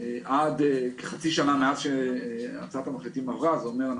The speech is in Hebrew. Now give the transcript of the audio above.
עד חצי שנה מאז שהצעת המחליטים עברה, זה אומר,